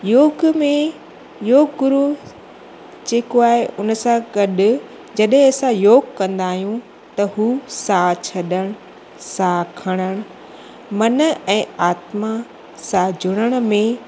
योग में योगु गुरू जेको आहे उन सां गॾु जॾहिं असां योगु कंदा आहियूं त हू साहु छॾणु साहु खणणु मन ऐं आत्मा सां जुड़ण में